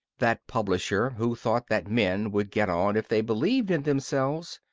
that publisher who thought that men would get on if they believed in themselves,